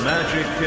Magic